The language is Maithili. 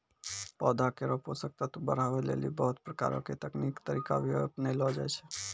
पौधा केरो पोषक तत्व बढ़ावै लेलि बहुत प्रकारो के तकनीकी तरीका भी अपनैलो जाय छै